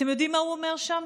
אתם יודעים מה הוא אומר שם?